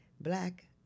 black